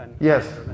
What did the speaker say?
Yes